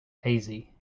hazy